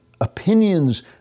opinions